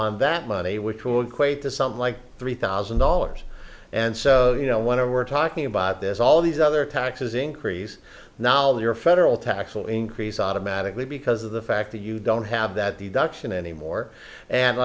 on that money which will equate to something like three thousand dollars and so you know want to we're talking about this all these other taxes increase now your federal tax will increase automatically because of the fact that you don't have that the duction anymore and